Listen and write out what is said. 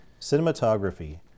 Cinematography